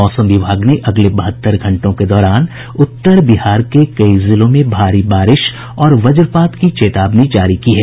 मौसम विभाग ने अगले बहत्तर घंटों के दौरान उत्तर बिहार के कई जिलों में भारी बारिश और वज्रपात की चेतावनी जारी की है